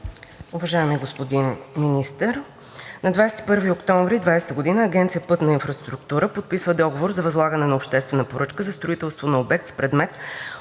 Уважаеми господин Министър, на 21 октомври 2020 г. Агенция „Пътна инфраструктура“ подписва договор за възлагане на обществена поръчка за строителство на обект с предмет: